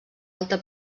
alta